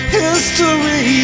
history